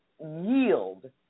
yield